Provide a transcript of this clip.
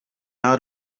out